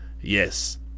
Yes